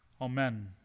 Amen